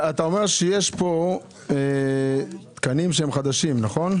אתה אומר שיש פה תקנים חדשים.